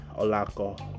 Olako